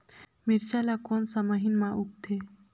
मिरचा ला कोन सा महीन मां उगथे?